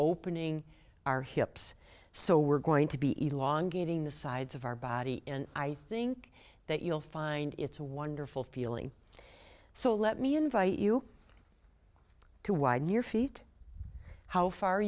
opening our hips so we're going to be even longer getting the sides of our body and i think that you'll find it's a wonderful feeling so let me invite you to widen your feet how far